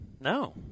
No